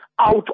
out